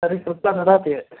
तर्हि श्रुत्वा ददामि